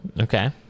Okay